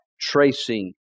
tracing